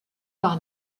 par